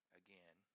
again